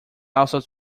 also